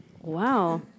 Wow